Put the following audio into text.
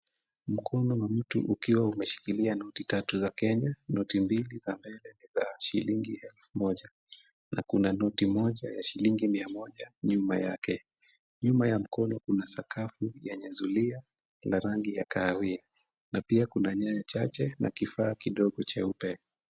Mkono wa mtu ukiwa umeshikilia noti tatu za Kenya, noti mbili za mbele ni za shilingi elfu moja na kuna moja ya shilingi mia moja nyuma yake. Nyuma ya mkono kuna sakafu yenye zulia la rangi ya kahawia na pia kuna nyaya chache na kifaa kidogo cheupe.